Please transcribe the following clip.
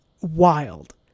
wild